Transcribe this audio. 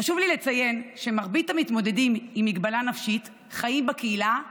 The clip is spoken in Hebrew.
חשוב לי לציין שמרבית המתמודדים עם מגבלה נפשית חיים בקהילה ולא,